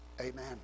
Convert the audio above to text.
amen